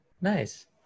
Nice